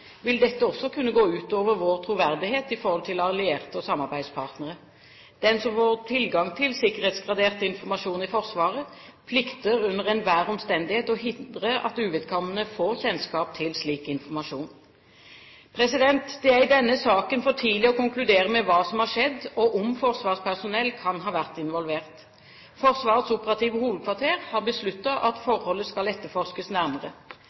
vil dette også kunne gå ut over vår troverdighet i forhold til allierte og samarbeidspartnere. Den som får tilgang til sikkerhetsgradert informasjon i Forsvaret, plikter under enhver omstendighet å hindre at uvedkommende får kjennskap til slik informasjon. Det er i denne saken for tidlig å konkludere med hva som har skjedd, og om forsvarspersonell kan ha vært involvert. Forsvarets operative hovedkvarter har besluttet at forholdet skal etterforskes nærmere.